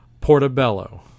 Portobello